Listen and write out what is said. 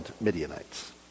Midianites